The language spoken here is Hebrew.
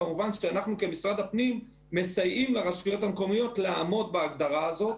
כמובן אנחנו כמשרד הפנים מסייעים לרשויות המקומיות לעמוד בהגדרה הזאת.